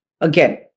Again